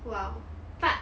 !wow! but